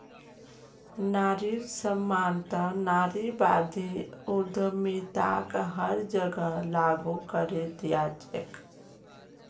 नारिर सम्मानत नारीवादी उद्यमिताक हर जगह लागू करे दिया छेक